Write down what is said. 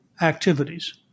activities